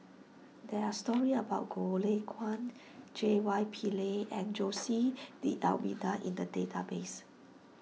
there are stories about Goh Lay Kuan J Y Pillay and Jose D'Almeida in the database